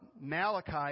Malachi